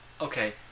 Okay